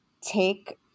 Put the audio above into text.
take